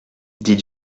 dit